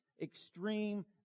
extreme